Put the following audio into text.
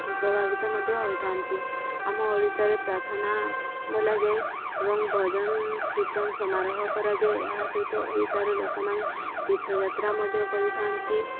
ପ୍ରଭାବିତ ମଧ୍ୟ ହୋଇଥାନ୍ତି ଆମ ଓଡ଼ିଶାରେ ପ୍ରାର୍ଥନା ବୋଲାଯାଏ ଏବଂ ଭଜନ କୀର୍ତ୍ତନ ସମାରୋହ କରାଯାଏ ଏହା ସହିତ ଓଡ଼ିଶାର ଲୋକମାନେ ତୀର୍ଥଯାତ୍ରା ମଧ୍ୟ କରିଥାନ୍ତି